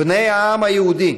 בני העם היהודי,